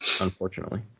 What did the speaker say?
unfortunately